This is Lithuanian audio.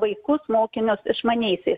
vaikus mokinius išmaniaisiais